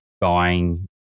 buying